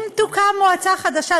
אם תוקם מועצה חדשה,